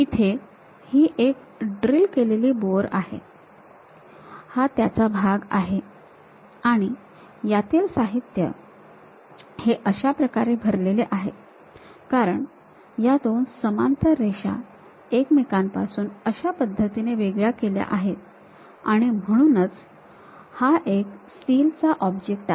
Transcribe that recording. इथे ही एक ड्रिल केलेली बोअर आहे हा त्याचा भाग आहे आणि यातील साहित्य हे अशा प्रकारे भरलेले आहे कारण या दोन समांतर रेषा एकमेकांपासून अशा पद्धतीने वेगळ्या केल्या गेल्या आहेत आणि म्हणूनच हा एक स्टील चा ऑब्जेक्ट आहे